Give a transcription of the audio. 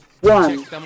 one